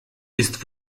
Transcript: ist